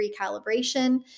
recalibration